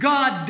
God